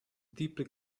deeply